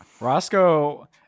Roscoe